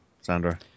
Sandra